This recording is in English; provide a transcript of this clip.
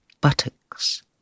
buttocks